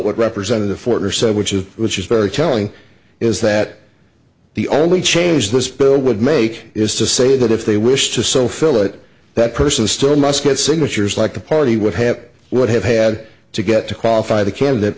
what representative fortner said which is which is very telling is that the only change this bill would make is to say that if they wish to so fill it that person still must get signatures like the party would have would have had to get to qualify the candidate